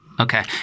Okay